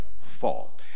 fall